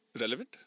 relevant